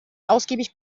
ausgiebig